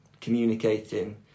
communicating